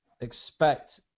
expect